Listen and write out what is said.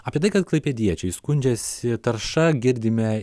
apie tai kad klaipėdiečiai skundžiasi tarša girdime